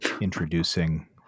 introducing